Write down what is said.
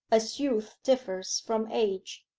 as youth differs from age.